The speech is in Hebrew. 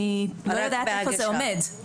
אני לא יודעת איפה זה עומד.